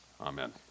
Amen